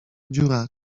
dziura